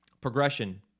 progression